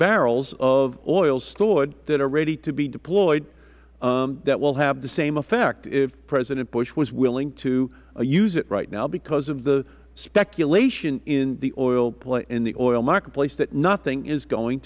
barrels of oil stored that are ready to be deployed that will have the same effect if president bush was willing to use it right now because of the speculation in the oil marketplace that nothing is going